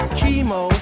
Chemo